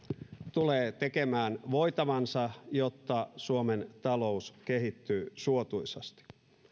tulee tekemään voitavansa jotta suomen talous kehittyy suotuisasti